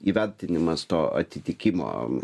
įvertinimas to atitikimo